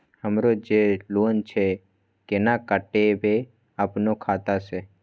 हमरो जे लोन छे केना कटेबे अपनो खाता से?